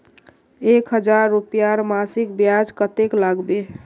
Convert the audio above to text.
एक हजार रूपयार मासिक ब्याज कतेक लागबे?